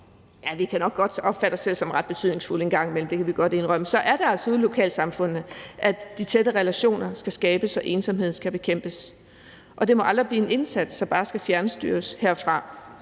nok godt kan opfatte os selv som ret betydningsfulde en gang imellem – det kan vi godt indrømme – så er det altså ude i lokalsamfundene, at de tætte relationer skal skabes og ensomheden skal bekæmpes, og det må aldrig blive en indsats, som bare skal fjernstyres herfra.